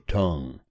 tongue